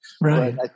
Right